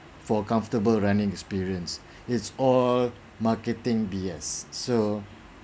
for comfortable running experience it's all marketing B_S so